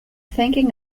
thinking